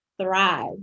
thrive